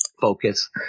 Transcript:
focus